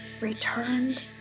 returned